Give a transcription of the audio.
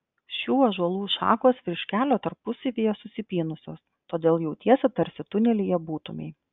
šių ąžuolų šakos virš kelio tarpusavyje susipynusios todėl jautiesi tarsi tunelyje būtumei